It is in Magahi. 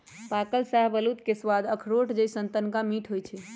पाकल शाहबलूत के सवाद अखरोट जइसन्न तनका मीठ होइ छइ